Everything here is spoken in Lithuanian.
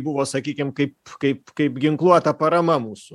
buvo sakykim kaip kaip kaip ginkluota parama mūsų